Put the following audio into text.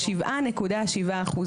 7.7%,